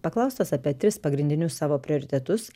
paklaustas apie tris pagrindinius savo prioritetus